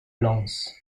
lens